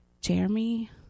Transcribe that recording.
Jeremy